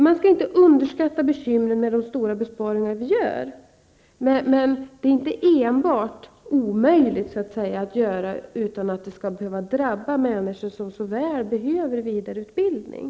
Man skall inte underskatta bekymren med de stora besparingar som vi gör, men det är inte omöjligt att göra besparingar utan att det drabbar människor som så väl behöver vidareutbildning.